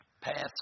paths